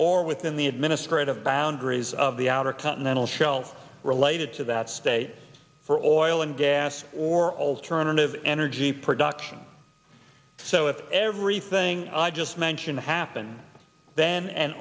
or within the administrative boundaries of the outer continental shelf related to that state's for oil and gas or alternative energy production so if everything i just mentioned happened then and